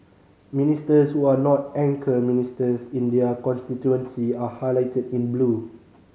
ministers who are not anchor ministers in their constituency are highlighted in blue